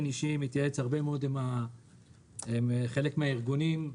אישי מתייעץ הרבה מאוד עם חלק מן הארגונים,